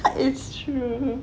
it's true